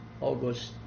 August